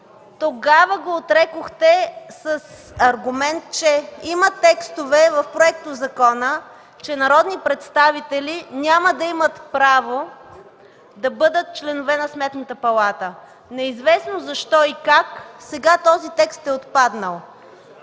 Тогава го отрекохте с аргумент, че в Проектозакона има текстове, че народни представители няма да имат право да бъдат членове на Сметната палата. Неизвестно защо и как сега този текст е отпаднал.